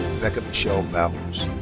rebecca michelle bowers.